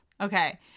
Okay